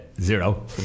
zero